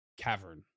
cavern